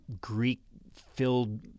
Greek-filled